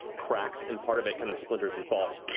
cracks and part of it kind of splinters and falls,